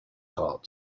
heart